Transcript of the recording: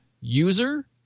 user